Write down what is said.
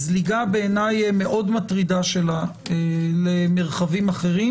זליגה שהיא בעיניי מאוד מטרידה למרחבים אחרים